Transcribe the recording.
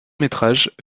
métrage